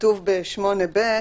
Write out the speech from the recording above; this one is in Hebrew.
כתוב ב-8(ב),